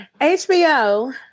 HBO